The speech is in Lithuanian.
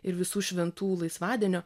ir visų šventų laisvadienio